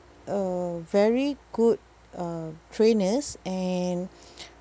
a very good uh trainers and